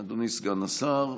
אדוני סגן השר.